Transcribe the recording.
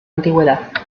antigüedad